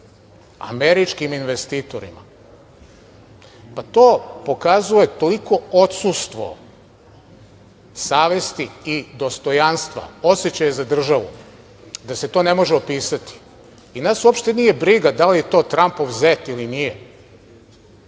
američkim investitorima, pa to pokazuje toliko odsustvo savesti i dostojanstva, osećaja za državu, da se to ne može opisati. Nas uopšte nije briga da li je to Trampov zet ili nije,